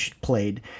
played